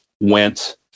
went